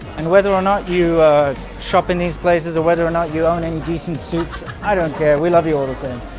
and whether or not you shop in these places or whether or not you own any decent suits i don't care we love you all the same.